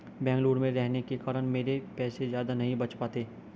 बेंगलुरु में रहने के कारण मेरे पैसे ज्यादा नहीं बच पाते